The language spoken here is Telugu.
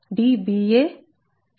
Dsx 1n2